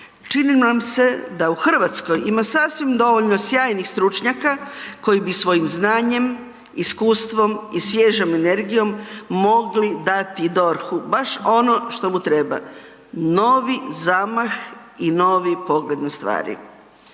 Čini nam se da u Hrvatskoj ima sasvim dovoljno sjajnih stručnjaka koji bi svojim znanjem, iskustvom i svježem energijom mogli dati DORH-u baš ono što mu treba, novi zamah i novi pogled na stvari.